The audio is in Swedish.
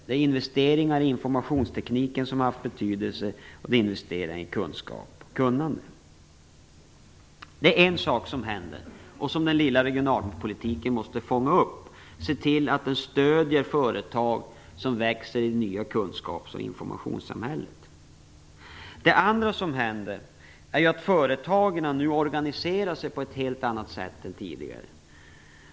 Det är investering i informationstekniken som har haft betydelse och det är investering i kunskap och kunnande. Detta är en sak som händer och som den lilla regionalpolitiken måste fånga upp. Man måste se till att med den stödja företag som växer i det nya kunskapsoch informationssamhället. Det andra som händer är att företagen nu organiserar sig på ett helt annat sätt än tidigare.